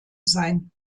sein